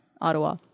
Ottawa